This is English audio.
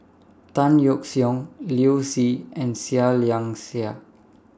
Tan Yeok Seong Liu Si and Seah Liang Seah